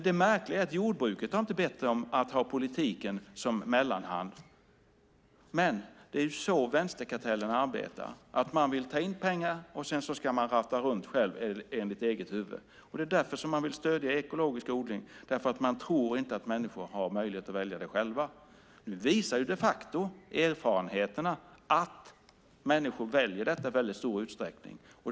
Det märkliga är att jordbruket inte har bett om att ha politiken som mellanhand. Men det är så vänsterkartellen arbetar, att man vill ta in pengar och sedan ratta runt själv enligt eget huvud. Att man vill stödja ekologisk odling är därför att man tror att människor inte har möjlighet att välja det själva. Nu visar de facto erfarenheterna att människor väljer detta i väldigt stor utsträckning.